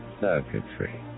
Circuitry